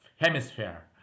hemisphere